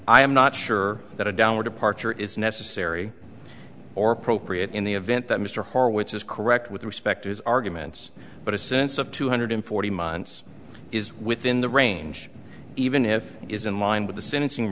am not sure that a downward departure is necessary or appropriate in the event that mr horowitz is correct with respect to his arguments but a sense of two hundred forty months is within the range even if it is in line with the sentencing